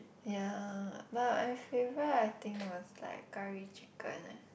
ya but my favourite I think was like curry chicken ah